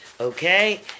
Okay